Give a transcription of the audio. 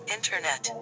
Internet